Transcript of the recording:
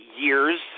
years